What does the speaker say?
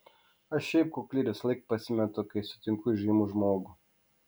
aš šiaip kukli ir visąlaik pasimetu kai sutinku įžymų žmogų